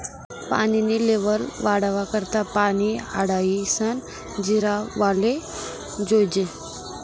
पानी नी लेव्हल वाढावा करता पानी आडायीसन जिरावाले जोयजे